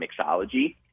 mixology